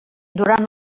durant